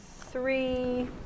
three